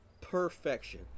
perfection